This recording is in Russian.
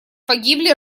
погибли